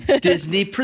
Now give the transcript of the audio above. disney